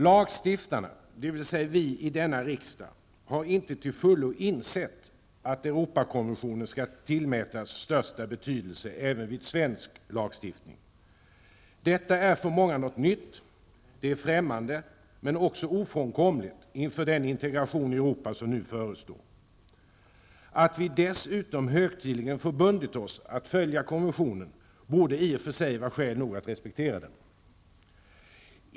Lagstiftarna, dvs. vi i denna riksdag, har inte till fullo insett att Europakonventionen skall tillmätas största betydelse även vid svensk lagstiftning. Detta är för många något nytt och främmande, men det är också ofrånkomligt inför den integration i Europa som nu förestår. Att vi dessutom högtidligen förbundit oss att följa konventionen borde i och för sig vara skäl nog att respektera den.